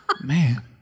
Man